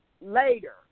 later